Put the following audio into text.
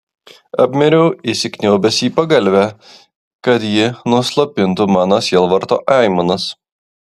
apmiriau įsikniaubęs į pagalvę kad ji nuslopintų mano sielvarto aimanas